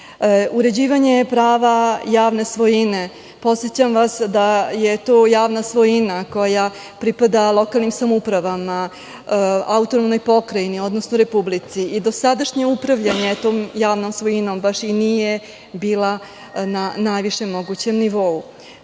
oblasti. Uređivanje prava javne svojine. Podsećam vas da je to javna svojina koja pripada lokalnim samoupravama, Autonomnoj pokrajini, odnosno Republici. I dosadašnje upravljanje tom javnom svojinom baš i nije bilo na najvišem mogućem nivou.